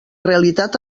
realitat